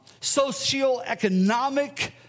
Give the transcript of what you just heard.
socioeconomic